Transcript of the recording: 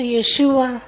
Yeshua